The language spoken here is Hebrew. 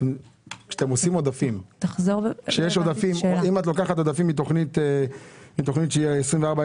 אם את לוקחת עודפים מתוכנית 220405,